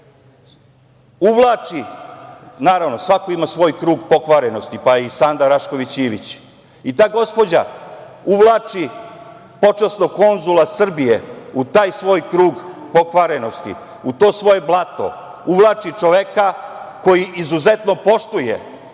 uvlači, naravno, svako ima svoj krug pokvarenosti, pa i Sanda Rašković Ivić, i ta gospođa uvlači počasnog konzula Srbije u taj svoj krug pokvarenosti, u to svoje blato, uvlači čoveka koji izuzetno poštuje